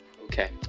okay